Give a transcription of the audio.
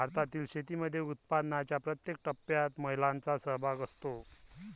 भारतातील शेतीमध्ये उत्पादनाच्या प्रत्येक टप्प्यात महिलांचा सहभाग असतो